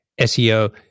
SEO